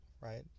right